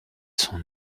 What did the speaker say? son